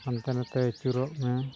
ᱦᱟᱱᱛᱮ ᱱᱷᱟᱛᱮ ᱟᱹᱪᱩᱨᱚᱜ ᱢᱮ